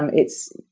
and it's,